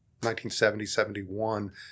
1970-71